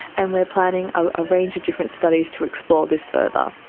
and we are planning a range of different studies to explore this further.